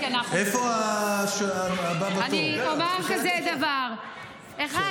אני אומר דבר כזה: דבר אחד,